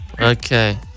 Okay